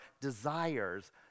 desires